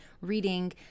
reading